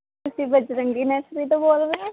ਤੁਸੀਂ ਬਜਰੰਗੀ ਨਰਸਰੀ ਤੋਂ ਬੋਲ ਰਹੇ